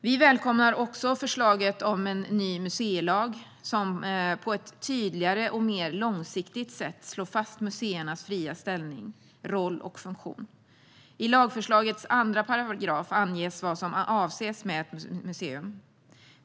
Vi välkomnar också förslaget om en ny museilag, som på ett tydligare och mer långsiktigt sätt slår fast museernas fria ställning, roll och funktion. I lagförslagets andra paragraf anges vad som avses med ett museum.